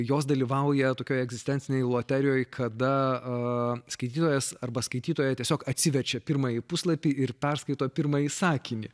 jos dalyvauja tokioj egzistencinėj loterijoj kada skaitytojas arba skaitytoja tiesiog atsiverčia pirmąjį puslapį ir perskaito pirmąjį sakinį